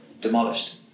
demolished